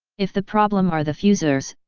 if the problem are the fusers,